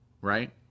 Right